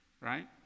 right